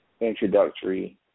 introductory